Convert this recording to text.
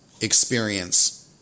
experience